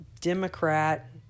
democrat